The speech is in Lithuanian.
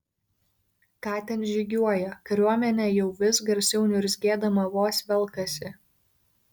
ką ten žygiuoja kariuomenė jau vis garsiau niurzgėdama vos velkasi